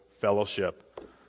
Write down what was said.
fellowship